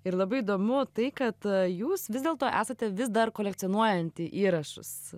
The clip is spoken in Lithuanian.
ir labai įdomu tai kad jūs vis dėlto esate vis dar kolekcionuojanti įrašus